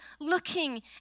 looking